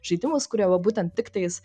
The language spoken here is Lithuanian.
žaidimus kurie va būten tiktais